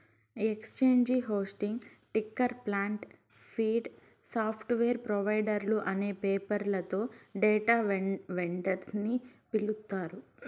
exchange hosting, ticker plant, feed, software ప్రొవైడర్లు అనే పేర్లతో డేటా వెండర్స్ ని పిలుస్తారు